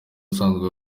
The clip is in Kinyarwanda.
usanzwe